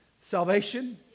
Salvation